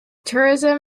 tourism